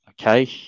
okay